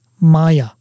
Maya